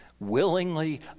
willingly